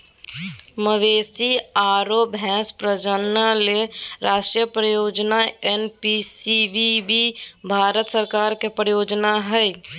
मवेशी आरो भैंस प्रजनन ले राष्ट्रीय परियोजना एनपीसीबीबी भारत सरकार के परियोजना हई